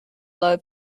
low